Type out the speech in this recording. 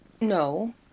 No